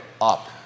up